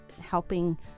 helping